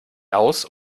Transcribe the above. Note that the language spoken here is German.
aus